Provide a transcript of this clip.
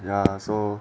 ya so